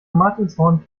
martinshorn